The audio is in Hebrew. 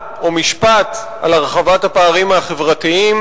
כמה מלים על הרחבת הפערים החברתיים.